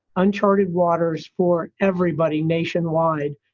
uncharted waters for everybody nationwide.